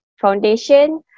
foundation